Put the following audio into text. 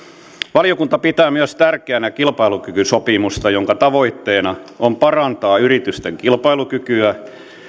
valiokunta pitää myös tärkeänä kilpailukykysopimusta jonka tavoitteena on parantaa yritysten kilpailukykyä